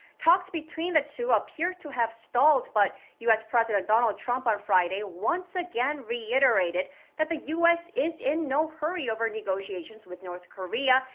talks between the two appear to have stalled. but u s. president donald trump on friday once again reiterated that the u s. is in no hurry over negotiations with north korea,